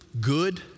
good